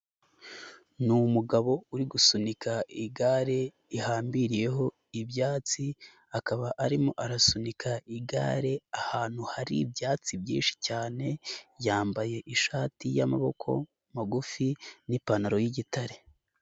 Ni umugabo uri gusunika igare rihambiriyeho ibyatsi, akaba arimo arasunika igare ahantu hari ibyatsi byinshi cyane, yambaye ishati y'amaboko magufi n'ipantaro y'igitare.